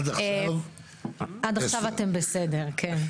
עד עכשיו אתם בסדר.